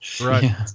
Right